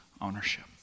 ownership